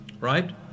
Right